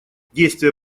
действия